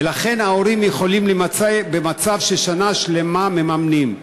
ולכן ההורים יכולים להימצא במצב ששנה שלמה הם מממנים.